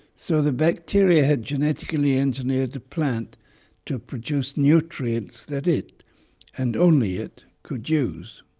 so the bacteria had genetically engineered the plant to produce nutrients that it and only it could use.